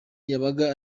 yabaga